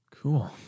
Cool